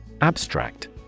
Abstract